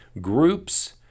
groups